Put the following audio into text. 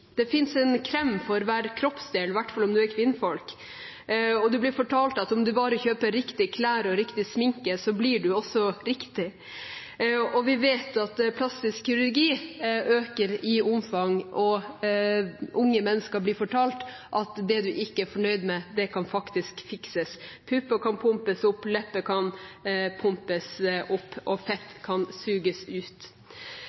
Det finnes en krem for hver kroppsdel – i hvert fall om du er kvinne – og en blir fortalt at om en bare kjøper «riktige» klær og «riktig» sminke, blir en også «riktig». Vi vet at plastisk kirurgi øker i omfang, og unge mennesker blir fortalt at det en ikke er fornøyd med, kan faktisk fikses. Pupper kan pumpes opp, lepper kan pumpes opp, og fett